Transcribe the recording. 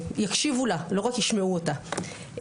שיקשיבו לה, לא רק ישמעו אותה.